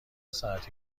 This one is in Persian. ساعتی